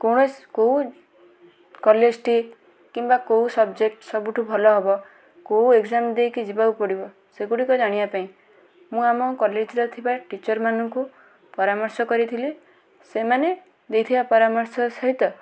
କୌଣସି କେଉଁ କଲେଜଟି କିମ୍ବା କେଉଁ ସବଜେକ୍ଟ ସବୁଠୁ ଭଲ ହବ କେଉଁ ଏଗ୍ଜାମ୍ ଦେଇକି ଯିବାକୁ ପଡ଼ିବ ସେଗୁଡ଼ିକୁ ଜାଣିବା ପାଇଁ ମୁଁ ଆମ କଲେଜରେ ଥିବା ଟିଚର୍ ମାନଙ୍କୁ ପରାମର୍ଶ କରିଥିଲି ସେମାନେ ଦେଇଥିବା ପରାମର୍ଶ ସହିତ